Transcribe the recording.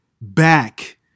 back